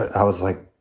i was like,